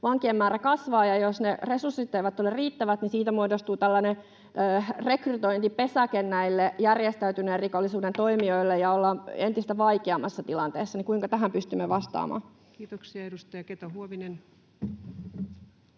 vankien määrä kasvaa ja jos ne resurssit eivät ole riittävät, niin siitä muodostuu rekrytointipesäke järjestäytyneen rikollisuuden toimijoille ja ollaan entistä vaikeammassa tilanteessa. Kuinka tähän pystymme vastaamaan? [Speech 391] Speaker: Ensimmäinen